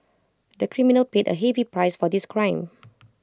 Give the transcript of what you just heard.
the criminal paid A heavy price for this crime